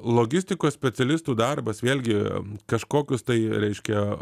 logistikos specialistų darbas vėlgi kažkokius tai reiškia